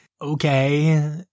okay